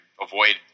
avoid